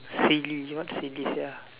silly what's silly sia